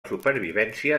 supervivència